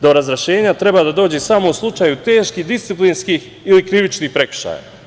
Do razrešenja treba da dođe u slučaju teških disciplinskih ili krivičnih prekršaja“